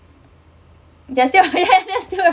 they still yes they're still around